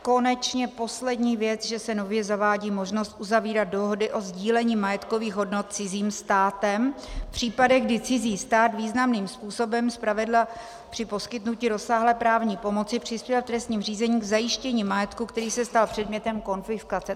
Konečně poslední věc, že se nově zavádí možnost uzavírat dohody o sdílení majetkových hodnot cizím státem v případech, kdy cizí stát významným způsobem, zpravidla při poskytnutí rozsáhlé právní pomoci, přispívá v trestním řízení k zajištění majetku, který se stal předmětem konfiskace.